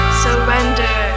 surrender